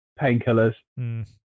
painkillers